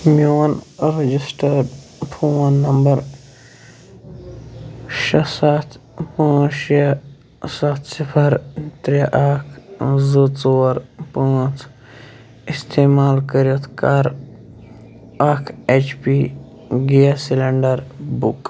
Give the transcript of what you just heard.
میون registered phone number شےٚ سَتھ پانٛژھ شےٚ ستھ صِفَر ترے اَکھ زٕ ژور پانژھ استعمال کٔرِتھ کَر اکھ H P gas cylinder book